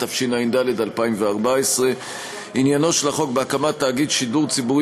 התשע"ד 2014. עניינו של החוק בהקמת תאגיד שידור ציבורי